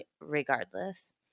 regardless